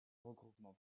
regroupement